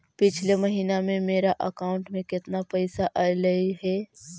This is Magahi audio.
पिछले महिना में मेरा अकाउंट में केतना पैसा अइलेय हे?